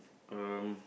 um